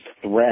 threat